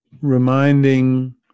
reminding